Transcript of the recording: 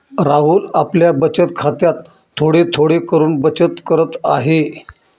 राहुल आपल्या बचत खात्यात थोडे थोडे करून बचत करत आहे